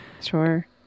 Sure